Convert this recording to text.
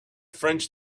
french